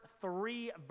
three